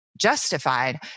justified